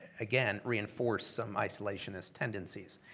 again, reinforce some isolationist tendencies.